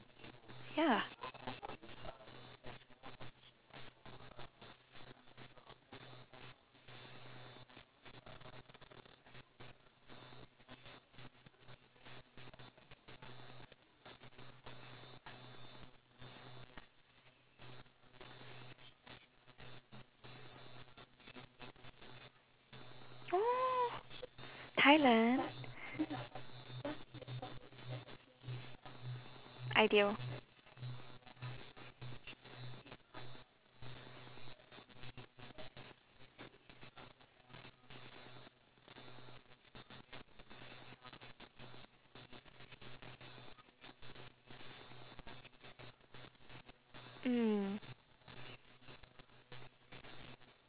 ya oh thailand ideal mm